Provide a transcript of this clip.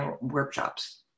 workshops